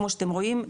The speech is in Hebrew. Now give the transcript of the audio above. כמו שאתם רואים,